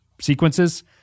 sequences